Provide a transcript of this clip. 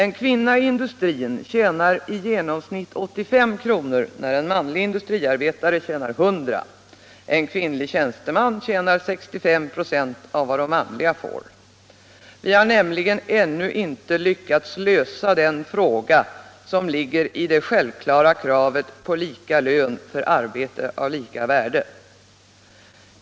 En kvinna i industrin tjänar i genomsnitt 85 kr., när en manlig industriarbetare tjänar 100 kr. En kvinnlig tjänsteman tjänar 65 ”5 av vad de manliga får. Vi har nämligen ännu inte Ilyckats lösa det problem som ligger i det självklara kravet på lika lön för arbete av lika värde.